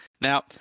Now